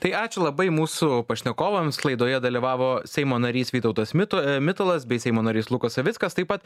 tai ačiū labai mūsų pašnekovams laidoje dalyvavo seimo narys vytautas mitu mitalas bei seimo narys lukas savickas taip pat